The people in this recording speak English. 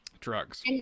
Drugs